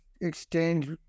exchange